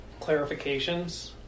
clarifications